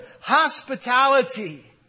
hospitality